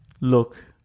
Look